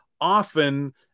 often